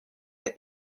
the